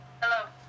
Hello